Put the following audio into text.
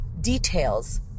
details